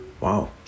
Wow